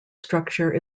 structure